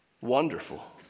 wonderful